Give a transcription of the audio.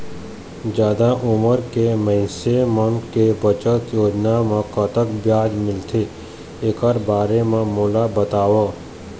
जादा उमर के मइनसे मन के बचत योजना म कतक ब्याज मिलथे एकर बारे म मोला बताव?